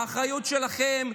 האחריות שלכם,